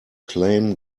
claim